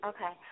Okay